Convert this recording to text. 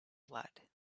blood